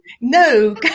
no